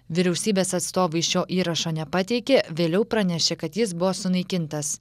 vyriausybės atstovai šio įrašo nepateikė vėliau pranešė kad jis buvo sunaikintas